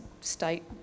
state